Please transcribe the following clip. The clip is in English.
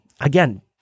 again